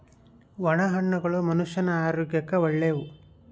ಒಣ ಹಣ್ಣುಗಳು ಮನುಷ್ಯನ ಆರೋಗ್ಯಕ್ಕ ಒಳ್ಳೆವು